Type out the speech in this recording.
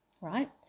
right